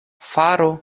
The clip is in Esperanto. faru